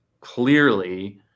clearly